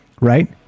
right